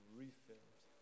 refilled